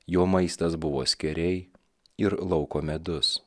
jo maistas buvo skėriai ir lauko medus